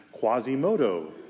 Quasimodo